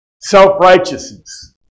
self-righteousness